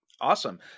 Awesome